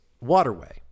waterway